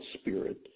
spirit